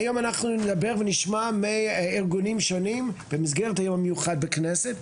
והיום אנחנו נדבר ונשמע מארגונים שונים במסגרת היום מיוחד בכנסת,